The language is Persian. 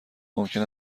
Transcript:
ممکن